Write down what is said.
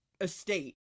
Estate